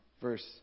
verse